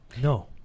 no